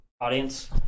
Audience